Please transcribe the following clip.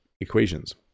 equations